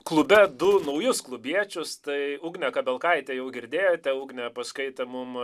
klube du naujus klubiečius tai ugnė kabelkaitė jau girdėjote ugnė paskaitė mums